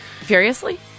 Furiously